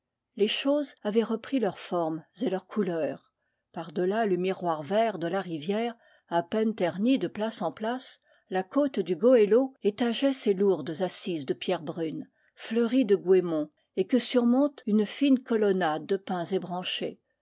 les choses avaient repris leurs formes et leurs cou leurs par delà le miroir vert de la rivière à peine terni de place en place la côte du goëlo étageait ses lourdes assises de pierre brune fleuries de goémons et que surmonte une fine colonnade de pins ébranchés